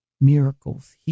miracles